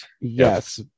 Yes